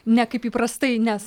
ne kaip įprastai nes